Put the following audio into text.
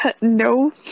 No